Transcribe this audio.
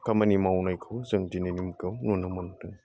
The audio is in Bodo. खामानि मावनायखौ जों दिनैनि मुगायाव नुनो मोन्दों